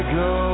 go